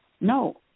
No